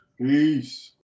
Peace